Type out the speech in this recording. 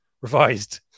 revised